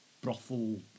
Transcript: brothel